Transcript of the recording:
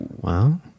Wow